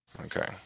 Okay